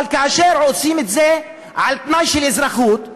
אבל כאשר עושים את זה על תנאי של אזרחות,